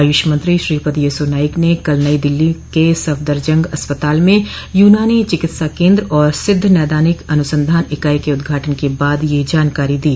आयुष मंत्री श्रीपद येसो नाइक ने कल नई दिल्ली के सफदरजंग अस्पताल में यूनानी चिकित्सा केन्द्र और सिद्ध नैदानिक अनुसंधान इकाई के उद्घाटन के बाद यह जानकारी दी